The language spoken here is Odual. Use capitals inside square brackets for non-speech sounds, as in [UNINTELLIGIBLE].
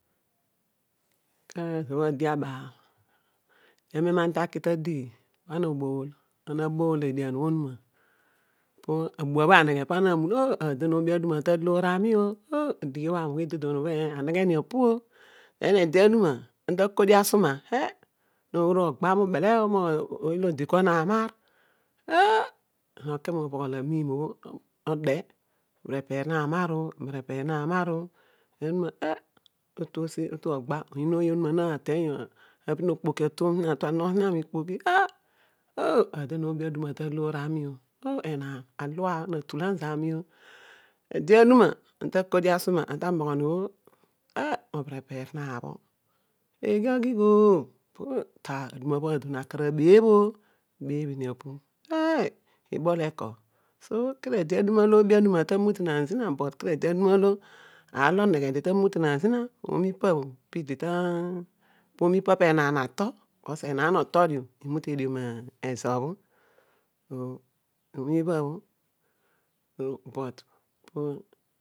Á ibha dedio abaal mem ana ta ki radighi ana obol, ana abol eduan obho onuma po abua bho anegh pa ana na mueughu oh a aon adighi bho aneggh ta loor ami io, oh, adighi obho ani ughi dondon aneghe, anegheniapu hesitatio on den ede aneghe ameghen. then e de aduma, ana ra naod, asama, ch noru ogba, bele on ouy olo di kua na mar oh, pu noki mu bhoghol amiim obho no ode obberepeer, na mar ok ah, otu osi otu ogba omo ohbo oh adun oubi aduma ta toor ani oh enaan alua, ana atalan zami on cele aderma ma, ana eh ana ta laadi asur la mughon, obho obinerepeer nabha, eghe aghigh on on ta aduma bho adon alaar abeeph oh abeebhini apu, eh, bole ko la ade alo odbi aduma ta mutanaan zina but kade aduma aar olo oneghe dio ta merta zina, omo ipa bho pidi ta [UNINTELLIGIBLE] engan na to dio emute meezo bho, [HESITATION] obho ehba bho but pu.